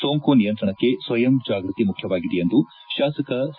ಸೋಂಕು ನಿಯಂತ್ರಣಕ್ಕೆ ಸ್ವಯಂ ಜಾಗ್ಯತಿ ಮುಖ್ಯವಾಗಿದೆ ಎಂದು ಶಾಸಕ ಸಿ